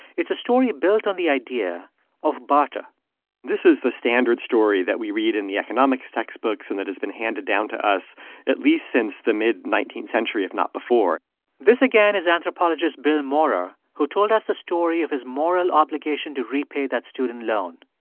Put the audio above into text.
it's a story built on the idea of barter this is the standard story that we read in the economics textbooks and that has been handed down to us at least since the mid nineteenth century, if not before this, again, is anthropologist bill maurer, who told us the story of his moral obligation obligation to repay that student loan.